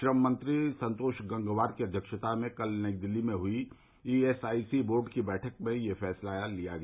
श्रम मंत्री संतोष गंगवार की अध्यक्षता में कल नई दिल्ली में हुई ईएसआईसी बोर्ड की बैठक में यह फैसला लिया गया